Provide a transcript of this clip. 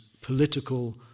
political